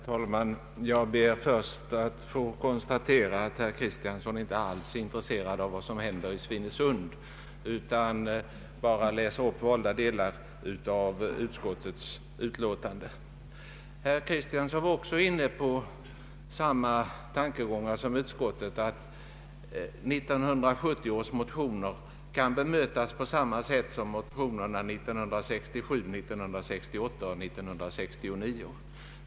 Herr talman! Till att börja med vill jag konstatera att herr Svante Kristiansson inte alls är intresserad av vad som händer i Svinesund, utan bara läser upp valda delar av utskottets utlåtande. Herr Kristiansson menar att 1970 års motioner kan bemötas på samma sätt som motionerna 1967, 1968 och 1969.